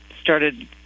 started